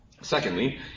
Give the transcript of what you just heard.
Secondly